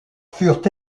furent